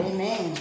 Amen